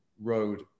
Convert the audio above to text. road